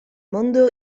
mondo